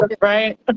right